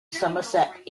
somerset